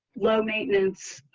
low maintenance.